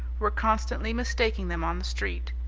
were constantly mistaking them on the street.